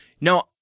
No